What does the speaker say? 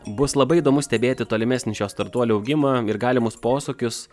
bus labai įdomu stebėti tolimesnį šio startuolio augimą ir galimus posūkius